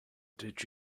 did